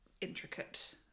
intricate